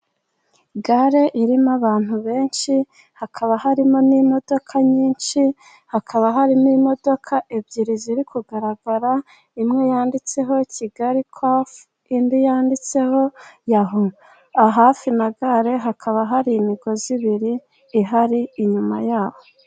Gare irimo abantu benshi hakaba harimo n'imodoka nyinshi. Hakaba harimo imodoka ebyiri ziri kugaragara imwe yanditseho Kigali koci indi yanditseho Yaho. Ahafi na gare hakaba hari imigozi ibiri ihari inyuma yaho.